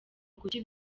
kuki